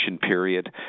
period